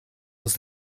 was